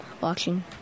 watching